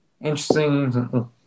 interesting